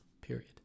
period